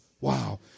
Wow